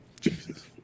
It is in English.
Jesus